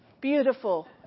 Beautiful